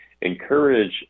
encourage